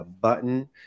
button